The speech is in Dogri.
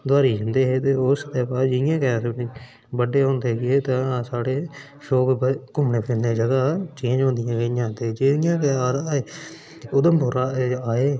दूआरियै जंदे हे ते उस दे बाद जि'यां गै अस बड्डे होंदे गे तां अस साढ़े घूमने फिरने दे शौक जगह् चेंज होंदी रेहियां जि'यां गै उघमपुरा दा आए